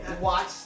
watch